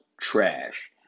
trash